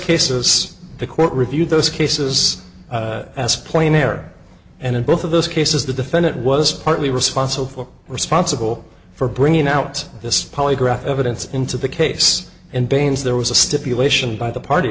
cases the court review those cases as plain air and in both of those cases the defendant was partly responsible for responsible for bringing out this polygraph evidence into the case and baynes there was a stipulation by the